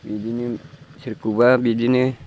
बिदिनो सोरखौबा बिदिनो